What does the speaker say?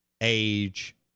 age